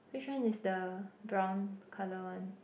which one is the brown colour one